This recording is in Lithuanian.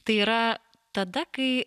tai yra tada kai